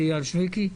אייל שויקי,